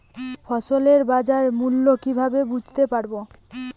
ফসলের বাজার মূল্য কিভাবে বুঝতে পারব?